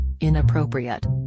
inappropriate